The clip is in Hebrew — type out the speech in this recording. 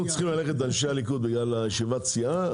צריכים ללכת בגלל ישיבת סיעה,